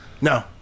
No